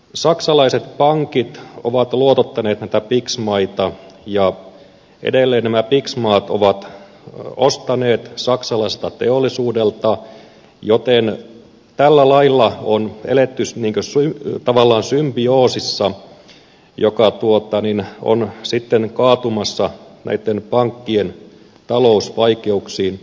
saksalaiset pankit ovat luotottaneet näitä pigs maita ja edelleen nämä pigs maat ovat ostaneet saksalaiselta teollisuudelta joten tällä lailla on eletty tavallaan symbioosissa joka on sitten kaatumassa näitten pankkien talousvaikeuksiin